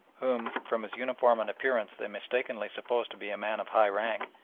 whom from his uniform and appearance they mistakenly supposed to be a man of high rank,